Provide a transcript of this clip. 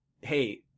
hey